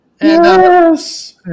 Yes